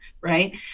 right